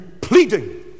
pleading